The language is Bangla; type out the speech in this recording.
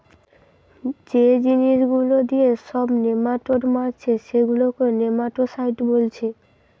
যে জিনিস গুলা দিয়ে সব নেমাটোড মারছে সেগুলাকে নেমাটোডসাইড বোলছে